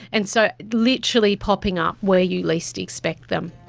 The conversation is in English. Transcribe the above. and so literally popping up where you least expect them.